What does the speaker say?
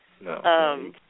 No